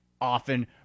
often